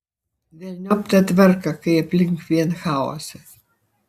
velniop tą tvarką kai aplink vien chaosas